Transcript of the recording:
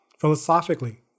philosophically